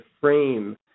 frame